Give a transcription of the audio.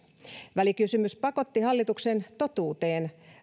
välikysymys pakotti hallituksen totuuteen